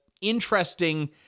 interesting